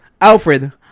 Alfred